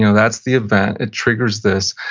you know that's the event, it triggers this,